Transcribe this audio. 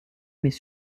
mais